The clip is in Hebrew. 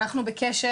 אנחנו בקשר,